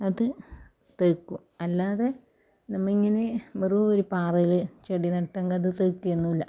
അത് തേക്കും അല്ലാതെ നമ്മൾ ഇങ്ങനെ വെറും ഒരു പാറയിൽ ചെടി നട്ടെങ്കിൽ അത് തേക്ക ഒന്നുമില്ല